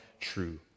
true